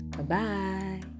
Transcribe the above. Bye-bye